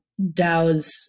DAOs